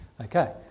Okay